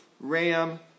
ram